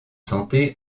santé